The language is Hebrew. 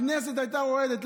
הכנסת הייתה רועדת.